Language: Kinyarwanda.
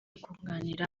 kunganira